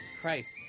Christ